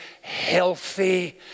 healthy